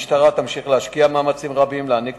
המשטרה תמשיך להשקיע מאמצים רבים להעניק